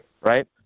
right